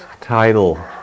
title